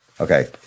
Okay